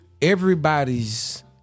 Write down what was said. everybody's